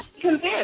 Convinced